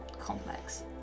complex